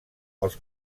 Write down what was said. els